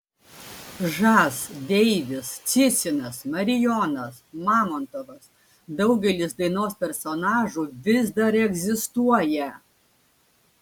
žas deivis cicinas marijonas mamontovas daugelis dainos personažų vis dar egzistuoja